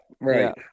right